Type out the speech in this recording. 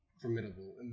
formidable